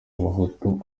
abahutu